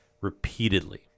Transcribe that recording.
repeatedly